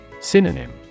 Synonym